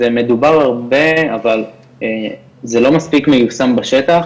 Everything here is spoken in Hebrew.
זה מדובר הרבה אבל זה לא מספיק מיושם בשטח